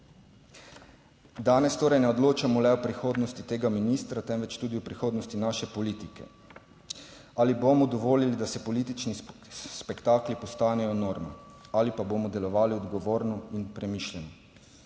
Danes torej ne odločamo le o prihodnosti tega ministra, temveč tudi o prihodnosti naše politike. Ali bomo dovolili, da se politični spektakli postanejo norma, ali pa bomo delovali odgovorno in premišljeno?